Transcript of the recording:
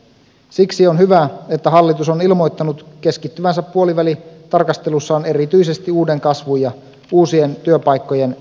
siksi on hyvä että hallitus on ilmoittanut keskittyvänsä puolivälitarkastelussaan erityisesti uuden kasvun ja uusien työpaikkojen etsimiseen